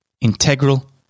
integral